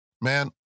Man